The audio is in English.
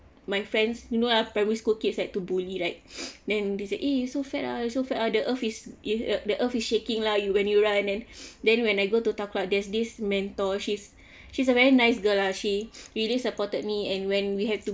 my friends you know ah primary school kids like to bully right then they say eh you so fat ah you so fat ah the earth is if the earth is shaking lah you when you run and then when I go to talk about there's this mentor she's she's a very nice girl lah she really supported me and when we have to